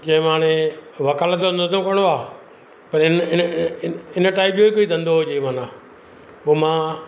चयुमि हाणे वकालत जो धंदो करिणो आहे त हिन इन इन टाइप जो ई कोई धंदो हुजे मना पोइ मां